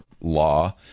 law